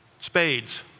Spades